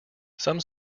some